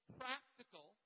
practical